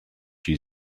you